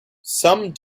some